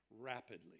rapidly